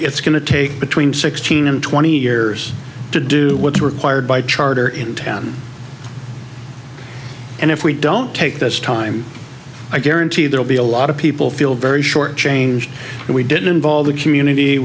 it's going to take between sixteen and twenty years to do what's required by charter in town and if we don't take this time i guarantee there'll be a lot of people feel very short changed and we didn't involve the community